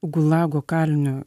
gulago kalinio